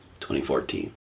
2014